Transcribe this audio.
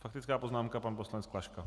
Faktická poznámka pan poslanec Klaška.